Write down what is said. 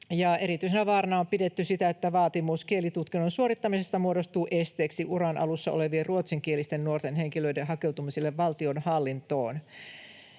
Erityisenä vaarana on pidetty sitä, että vaatimus kielitutkinnon suorittamisesta muodostuu esteeksi uran alussa olevien ruotsinkielisten nuorten henkilöiden hakeutumiselle valtionhallintoon.